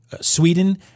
Sweden